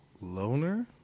Loner